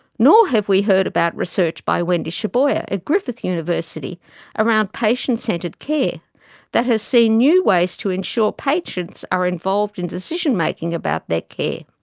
nor have we heard about research by wendy chaboyer at griffith university around patient-centred care that has seen new ways to ensure patients are involved in decision-making about their care.